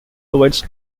provides